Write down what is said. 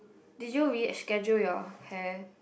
did you really schedule your hair